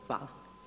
Hvala.